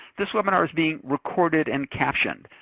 this webinar is being recorded and captioned.